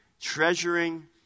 Treasuring